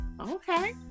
okay